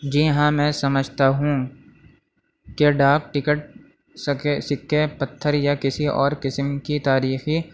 جی ہاں میں سمجھتا ہوں کہ ڈاک ٹکٹ سک سکے پتھر یا کسی اور قسم کی تاریخی